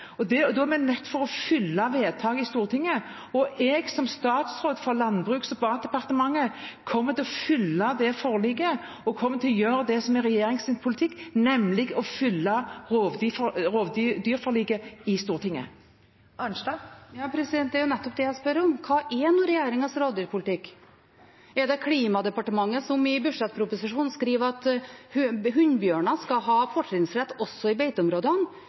å følge vedtaket i Stortinget. Jeg som statsråd fra Landbruks- og matdepartementet kommer til å følge det forliket, kommer til å gjøre det som er regjeringens politikk, nemlig å følge rovdyrforliket i Stortinget. Det åpnes for oppfølgingsspørsmål – først Marit Arnstad. Ja, det er jo nettopp det jeg spør om: Hva er nå regjeringens rovdyrpolitikk? Er det den fra Klimadepartementet, som i budsjettproposisjonen skriver at hunnbjørner skal ha fortrinnsrett også i beiteområdene,